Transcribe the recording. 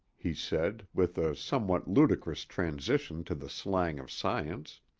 he said, with a somewhat ludicrous transition to the slang of science.